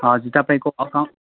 हजुर तपाईँको अकाउन्ट